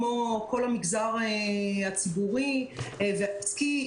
כמו כל המגזר הציבורי והעסקי,